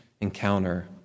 encounter